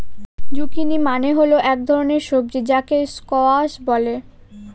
zucchini মানে হল এক ধরনের সবজি যাকে স্কোয়াশ বলে